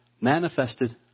manifested